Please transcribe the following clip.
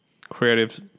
creative